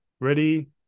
Ready